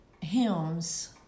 hymns